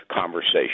conversation